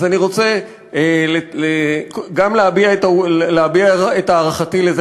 אז אני רוצה גם להביע את הערכתי על זה